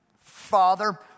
father